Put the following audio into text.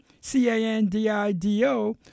C-A-N-D-I-D-O